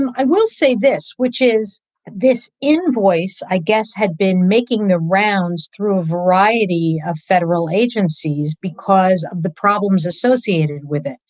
and i will say this, which is this invoice, i guess, had been making the rounds through a variety of federal agencies because of the problems associated with it.